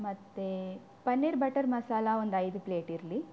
ಮತ್ತು ಪನ್ನೀರ್ ಬಟರ್ ಮಸಾಲೆ ಒಂದು ಐದು ಪ್ಲೇಟ್ ಇರಲಿ